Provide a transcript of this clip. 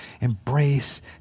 Embrace